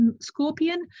scorpion